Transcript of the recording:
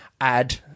add